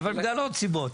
אבל בגלל עוד סיבות.